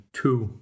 two